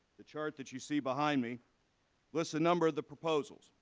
the chart that you see behind me lists a number of the proposals,